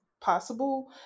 possible